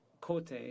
Cote